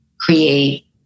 create